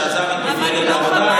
שעזב את מפלגת העבודה.